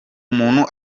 umuntu